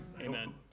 Amen